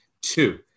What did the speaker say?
two